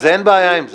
אז אין בעיה עם זה,